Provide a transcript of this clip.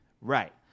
Right